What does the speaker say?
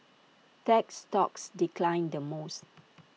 tech stocks declined the most